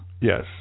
Yes